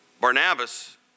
Barnabas